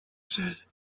said